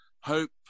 hope